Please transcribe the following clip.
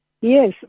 Yes